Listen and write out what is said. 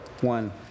one